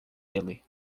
ele